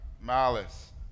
malice